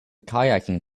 kayaking